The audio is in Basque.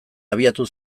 abiatu